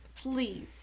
please